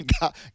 God